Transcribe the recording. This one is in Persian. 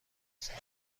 سال